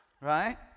Right